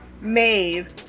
Maeve